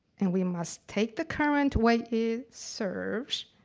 and we must take the current where it serves